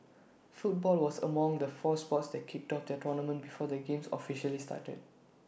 football was among the four sports that kicked off their tournaments before the games officially started